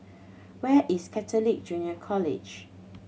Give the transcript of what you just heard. where is Catholic Junior College